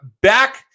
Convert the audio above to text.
back